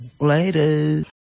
Later